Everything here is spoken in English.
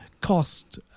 cost